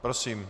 Prosím.